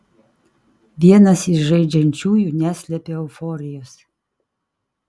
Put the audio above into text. vienas iš žaidžiančiųjų neslepia euforijos